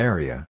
Area